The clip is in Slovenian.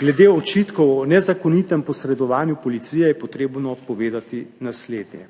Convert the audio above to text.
Glede očitkov o nezakonitem posredovanju policije je treba povedati naslednje.